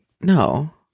No